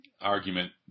argument